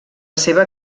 seva